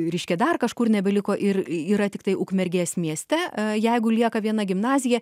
reiškia dar kažkur nebeliko ir yra tiktai ukmergės mieste jeigu lieka viena gimnazija